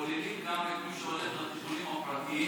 כוללים גם את מי שהולך לטיפולים הפרטיים?